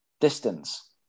distance